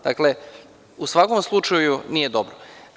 Dakle, u svakom slučaju nije dobro.